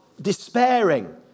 despairing